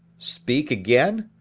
speak again?